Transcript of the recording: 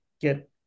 get